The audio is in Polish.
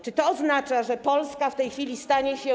Czy to oznacza, że Polska w tej chwili stanie się.